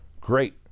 Great